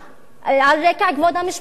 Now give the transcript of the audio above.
על רקע כבוד המשפחה,